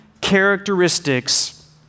characteristics